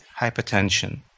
hypertension